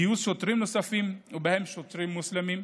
גיוס שוטרים נוספים, ובהם שוטרים מוסלמים,